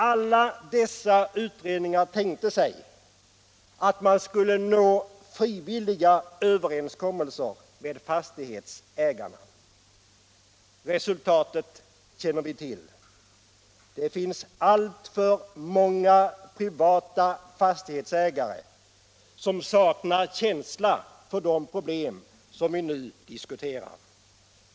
Alla dessa utredningar tänkte sig att man skulle kunna nå frivilliga överenskommelser med fastighetsägarna. Resultatet känner vi till. Det finns alltför många privata fastighetsägare som saknar känsla för det problem vi nu diskuterar.